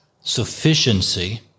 sufficiency